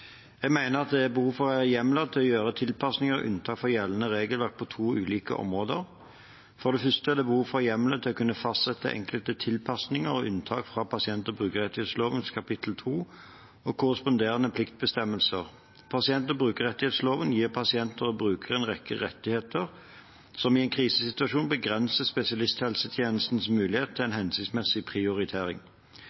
gjøre tilpasninger og unntak fra gjeldende regelverk på to ulike områder. For det første er det behov for hjemler til å kunne fastsette enkelte tilpasninger og unntak fra pasient- og brukerrettighetsloven kapittel 2 og korresponderende pliktbestemmelser. Pasient- og brukerrettighetsloven gir pasienter og brukere en rekke rettigheter, som i en krisesituasjon begrenser spesialisthelsetjenestens mulighet til en